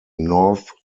north